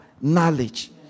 knowledge